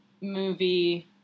movie